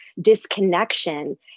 disconnection